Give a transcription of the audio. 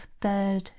third